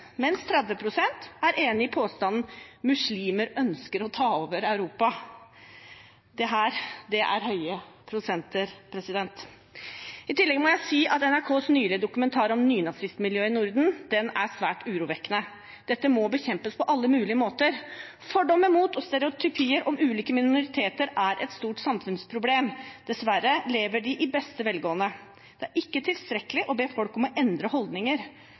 mens 30 pst. er enig i påstanden «Muslimer ønsker å ta over Europa». Dette er høye prosenter. I tillegg må jeg si at NRKs nylige dokumentar om nynazistmiljøet i Norden er svært urovekkende. Dette må bekjempes på alle mulige måter. Fordommer mot og stereotypier om ulike minoriteter er et stort samfunnsproblem. Dessverre lever de i beste velgående. Det er ikke tilstrekkelig å be folk om å endre holdninger.